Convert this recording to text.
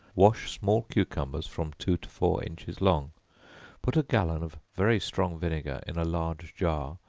wash small cucumbers from two to four inches long put a gallon of very strong vinegar in a large jar,